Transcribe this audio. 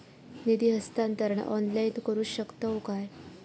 निधी हस्तांतरण ऑनलाइन करू शकतव काय?